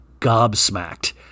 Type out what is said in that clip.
gobsmacked